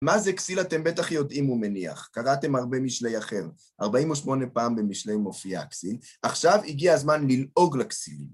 מה זה כסיל? אתם בטח יודעים, הוא מניח. קראתם הרבה משלי אחר, 48 פעם במשלי מופיעה כסיל. עכשיו הגיע הזמן ללעוג לכסיל.